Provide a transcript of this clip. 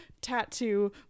tattoo